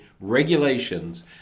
regulations